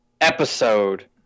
episode